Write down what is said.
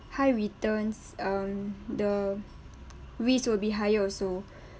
high returns um the risk will be higher also